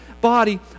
body